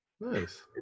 Nice